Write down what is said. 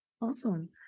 Awesome